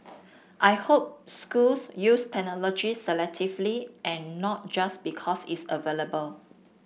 I hope schools use technology selectively and not just because it's available